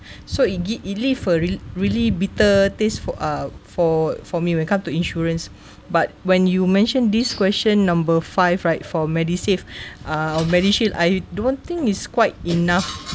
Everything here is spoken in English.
so it give it leave a re~ really bitter taste for uh for for me when come to insurance but when you mentioned this question number five right for MediSave uh MediShield I don't think is quite enough